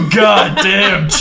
goddamn